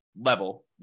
level